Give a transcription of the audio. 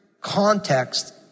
context